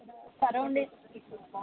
ఇక్కడ సుర్రౌండింగ్స్ కి